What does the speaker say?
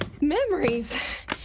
memories